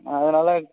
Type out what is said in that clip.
அதனால்